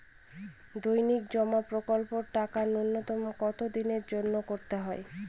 দৈনিক জমা প্রকল্পের টাকা নূন্যতম কত দিনের জন্য করতে হয়?